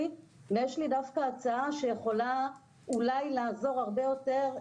ויש לי דווקא הצעה שיכולה אולי לעזור הרבה יותר,